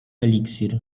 eliksir